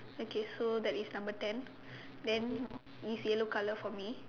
okay so that is number ten then is yellow colour for me